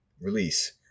release